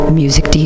music